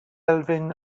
elfyn